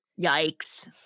Yikes